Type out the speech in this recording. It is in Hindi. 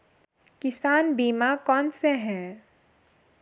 किसान बीमा कौनसे हैं?